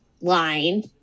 line